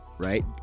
right